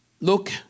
Look